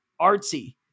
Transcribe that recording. artsy